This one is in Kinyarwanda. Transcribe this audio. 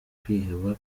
kwiheba